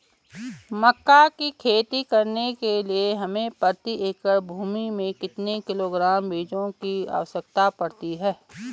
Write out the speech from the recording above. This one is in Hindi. मक्का की खेती करने के लिए हमें प्रति एकड़ भूमि में कितने किलोग्राम बीजों की आवश्यकता पड़ती है?